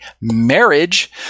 marriage